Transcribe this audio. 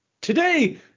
Today